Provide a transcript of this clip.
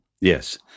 Yes